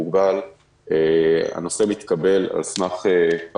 והפרק הזה חייב להסתיים כי חייב להיות איזה מין מוקד כזה שמתכלל את כל